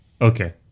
Okay